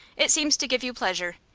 it seems to give you pleasure.